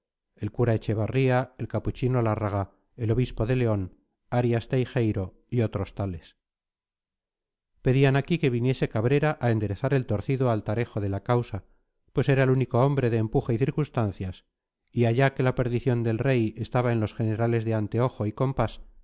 el cura echevarría el capuchino lárraga el obispo de león arias teijeiro y otros tales pedían aquí que viniese cabrera a enderezar el torcido altarejo de la causa pues era el único hombre de empuje y circunstancias y allá que la perdición del rey estaba en los generales de anteojo y compás